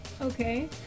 Okay